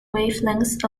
wavelengths